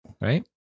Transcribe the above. right